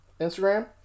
Instagram